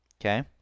Okay